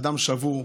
אדם שבור.